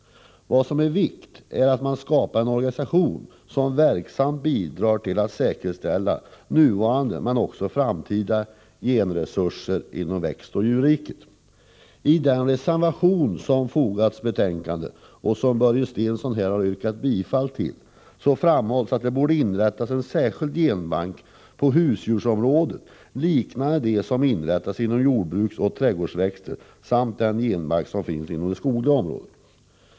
Det är viktigt att man skapar en organisation som verksamt bidrar till att säkerställa nuvarande, men också framtida, genresurser inom växtoch djurriket. I den reservation som fogats till betänkandet, och som Börje Stensson här har yrkat bifall till, framhålls att det även på husdjursområdet borde inrättas en särskild genbank liknande dem som finns för jordbruksoch trädgårdsväxter samt inom det skogliga området.